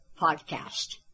podcast